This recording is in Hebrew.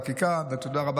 בבקשה,